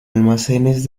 almacenes